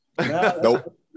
Nope